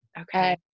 Okay